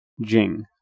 jing